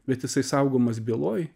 bet jisai saugomas byloj